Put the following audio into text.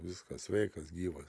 viskas sveikas gyvas